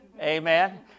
Amen